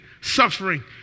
suffering